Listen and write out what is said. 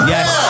Yes